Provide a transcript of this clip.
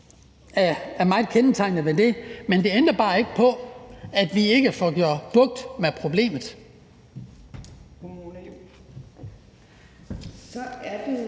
er meget kendetegnende ved det her, men det ændrer bare ikke på, at vi ikke får bugt med problemet.